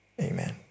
Amen